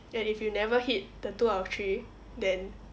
and if you never hit the two out of three then